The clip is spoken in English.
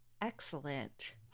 Excellent